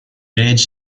large